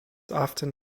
often